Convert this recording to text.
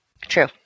True